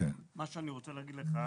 מה שאני רוצה להגיד לך,